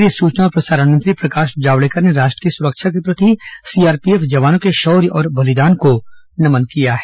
केंद्रीय सूचना और प्रसारण मंत्री प्रकाश जावड़ेकर ने राष्ट्र की सुरक्षा के प्रति सीआरपीएफ जवानों के शौर्य और बलिदान को नमन किया है